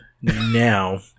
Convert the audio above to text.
now